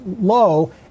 low